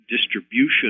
distribution